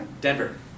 Denver